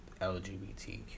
lgbtq